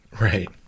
right